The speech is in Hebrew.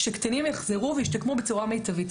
שקטינים יחזרו וישתקמו בצורה מיטבית.